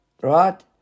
right